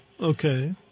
Okay